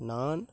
நான்